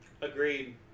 Agreed